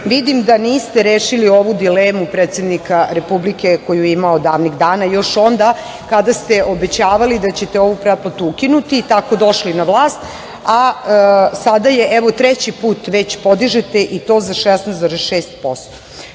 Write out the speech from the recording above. da niste rešili ovu dilemu predsednika Republike koju je imao davnih dana, još onda kada ste obećavali da ćete ovu pretplatu ukinuti i tako došli na vlast, a sada je, evo, treći put već podižete i to za 16,6%.S